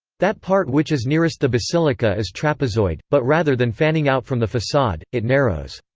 that part which is nearest the basilica is trapezoid, but rather than fanning out from the facade, it narrows.